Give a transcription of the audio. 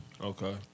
Okay